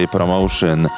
Promotion